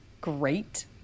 great